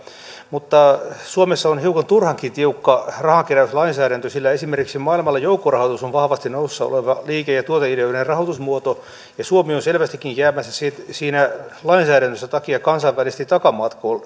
mutta suomessa on hiukan turhankin tiukka rahankeräyslainsäädäntö sillä esimerkiksi maailmalla joukkorahoitus on vahvasti nousussa oleva liike ja tuoteideoiden rahoitusmuoto ja suomi on selvästikin jäämässä siinä lainsäädäntönsä takia kansainvälisesti